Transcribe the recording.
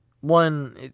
one